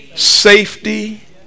safety